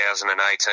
2018